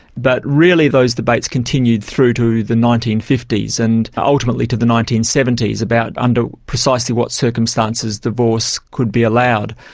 but really those debates continued through to the nineteen fifty s and ah ultimately to the nineteen seventy s about under precisely what circumstances divorce could be allowed.